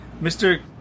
Mr